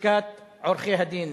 לשכת עורכי-הדין.